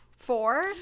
four